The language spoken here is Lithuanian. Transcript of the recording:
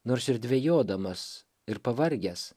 nors ir dvejodamas ir pavargęs